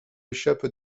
échappe